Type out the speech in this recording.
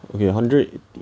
okay one hundred